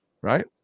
right